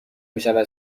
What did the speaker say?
میشود